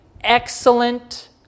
excellent